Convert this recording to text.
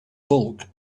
bulk